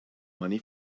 money